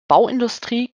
bauindustrie